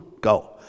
go